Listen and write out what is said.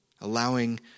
allowing